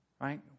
right